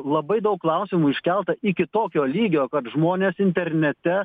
labai daug klausimų iškelta iki tokio lygio kad žmonės internete